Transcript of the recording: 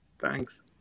Thanks